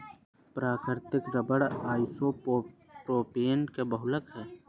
प्राकृतिक rubber isopropene का बहुलक है